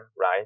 right